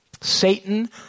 Satan